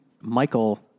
Michael